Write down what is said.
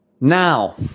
Now